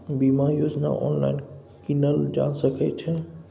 बीमा योजना ऑनलाइन कीनल जा सकै छै?